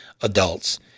adults